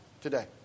today